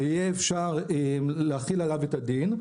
יהיה אפשר להחיל עליו את הדין,